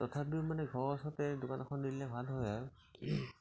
তথাপিও মানে ঘৰৰ ওচৰতে দোকান এখন দি দিলে ভাল হয় আৰু